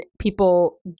people